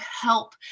help